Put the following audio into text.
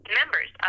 members